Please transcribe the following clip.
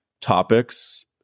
topics